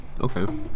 Okay